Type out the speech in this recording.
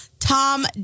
tom